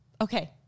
Okay